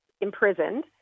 imprisoned